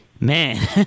Man